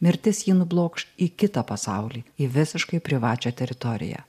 mirtis jį nublokš į kitą pasaulį į visiškai privačią teritoriją